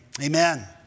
Amen